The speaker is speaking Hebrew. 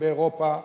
באירופה,